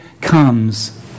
comes